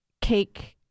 cake